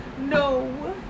No